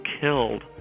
killed